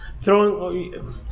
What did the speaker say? throwing